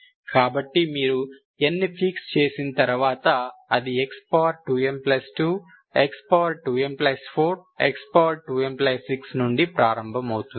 కాబట్టి మీరు n ని ఫిక్స్ చేసిన తర్వాత అది x2m2x2m4x2m6 నుండి ప్రారంభమవుతుంది